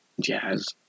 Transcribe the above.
Jazz